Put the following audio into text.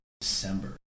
December